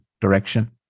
direction